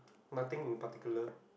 nothing in particular